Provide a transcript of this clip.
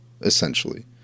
essentially